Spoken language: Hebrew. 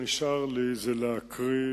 שנשאר לי זה להקריא